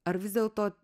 ar vis dėlto